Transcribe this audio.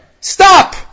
Stop